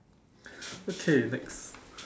okay next